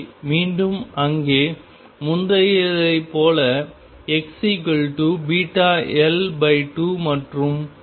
மீண்டும் அங்கே முந்தையதைப் போல XβL2 மற்றும் YαL2